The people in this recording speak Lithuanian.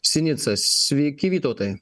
sinica sveiki vytautai